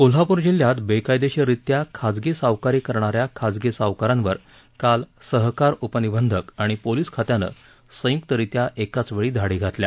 कोल्हापूर जिल्ह्यात बेकायदेशीररित्या खाजगी सावकारी करणाऱ्या खाजगी सावकारांवर काल सहकार उपनिबंधक आणि पोलीस खात्यानं संयुक्तरित्या एकाचवेळी धाडी घातल्या